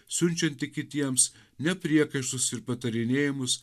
siunčianti kitiems ne priekaištus ir patarinėjimus